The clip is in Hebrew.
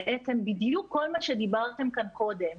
בעצם בדיוק כל מה שדיברתם כאן קודם,